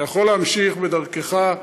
אתה יכול להמשיך בדרכך.